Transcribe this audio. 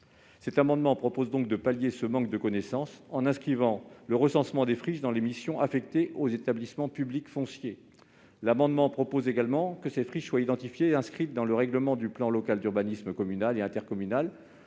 Cet amendement vise donc à pallier un tel manque de connaissances en inscrivant le recensement des friches dans les missions affectées aux établissements publics fonciers. Nous proposons également que ces friches soient identifiées et inscrites dans le règlement du plan local d'urbanisme communal et intercommunal